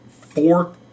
four